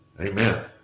amen